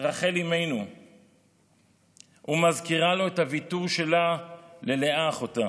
רחל אימנו והזכירה לו את הוויתור שלה ללאה אחותה.